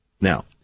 Now